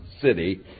city